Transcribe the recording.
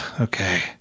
Okay